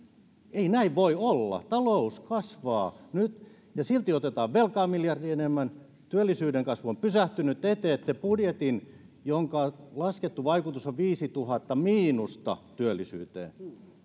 ei näin voi olla talous kasvaa nyt ja silti otetaan velkaa miljardi enemmän työllisyyden kasvu on pysähtynyt te teette budjetin jonka laskettu vaikutus on viisituhatta miinusta työllisyyteen